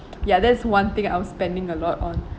ya that's one thing I'm spending a lot on